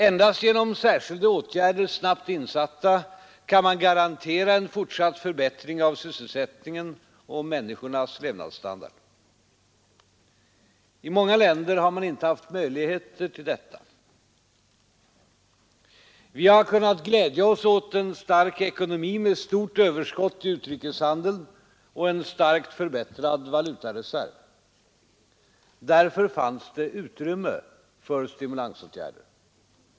Endast genom särskilda åtgärder, snabbt insatta, kan man garantera en fortsatt förbättring av sysselsättningen och av människornas levnadsstandard. I många länder har man inte haft möjligheter till detta. Vi har kunnat glädja oss åt en stark ekonomi med stort överskott i utrikeshandeln och en starkt förbättrad valutareserv. Därför fanns det utrymme för stimulansåtgärder.